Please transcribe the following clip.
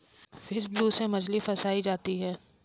fish wheel से मछली फँसायी जाती है